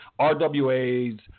RWA's